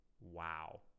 wow